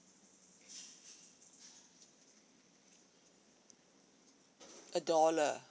a dollar